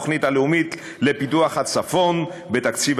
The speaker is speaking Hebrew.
תוכנית לאומית לפיתוח הכלכלה והחברה בצפון.